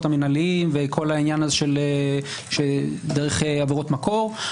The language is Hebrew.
המנהליים וכל העניין הזה דרך עבירות מקור,